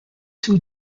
two